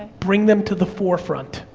bring them to the forefront.